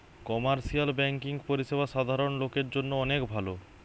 commercial banking পরিষেবা সাধারণ লোকের জন্য অনেক ভালো